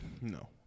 No